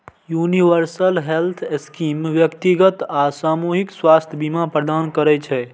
universal health scheme व्यक्तिगत आ सामूहिक स्वास्थ्य बीमा प्रदान करै छै